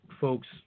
folks